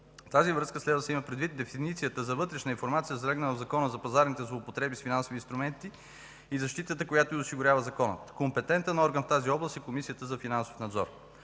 тази връзка следва да се има предвид дефиницията за вътрешна информация, залегнала в Закона за пазарните злоупотреби с финансови инструменти и защитата, която й осигурява Законът. Компетентен орган в тази област е Комисията за финансов надзор.